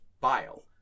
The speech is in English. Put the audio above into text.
bile